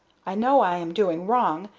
i know i am doing wrong,